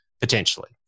potentially